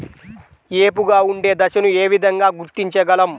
ఏపుగా ఉండే దశను ఏ విధంగా గుర్తించగలం?